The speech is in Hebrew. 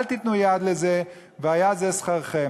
אל תיתנו יד לזה, והיה זה שכרכם.